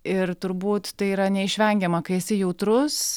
ir turbūt tai yra neišvengiama kai esi jautrus